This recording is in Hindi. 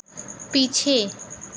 पीछे